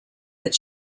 that